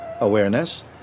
awareness